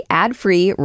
ad-free